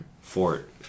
fort